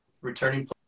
returning